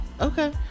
Okay